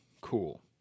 cool